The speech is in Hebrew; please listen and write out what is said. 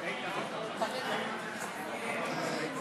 איתן לא חתם.